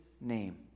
name